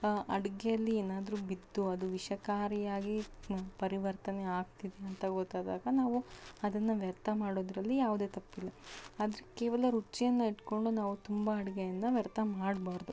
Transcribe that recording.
ಅಡುಗೆಲ್ಲಿ ಏನಾದ್ರೂ ಬಿತ್ತು ಅದು ವಿಷಕಾರಿಯಾಗಿ ಪರಿವರ್ತನೆ ಆಗ್ತಿದೆ ಅಂತ ಗೊತ್ತಾದಾಗ ನಾವು ಅದನ್ನು ವ್ಯರ್ಥ ಮಾಡೋದರಲ್ಲಿ ಯಾವುದೇ ತಪ್ಪಿಲ್ಲ ಆದರೆ ಕೇವಲ ರುಚಿಯನ್ನು ಇಟ್ಟುಕೊಂಡು ನಾವು ತುಂಬ ಅಡುಗೇನ ವ್ಯರ್ಥ ಮಾಡಬಾರ್ದು